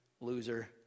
Loser